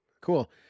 cool